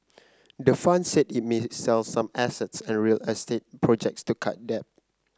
the fund said it may sell some assets and real estate projects to cut debt